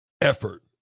effort